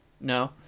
No